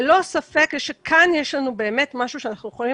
ללא ספק כאן יש לנו באמת משהו שאנחנו יכולים